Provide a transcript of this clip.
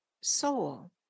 soul